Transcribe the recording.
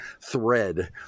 thread